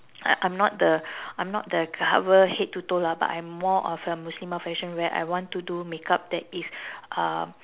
I I'm not the I'm not the cover head to toe lah but I'm more of a muslimah fashion where I want to do makeup that is uh